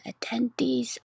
attendees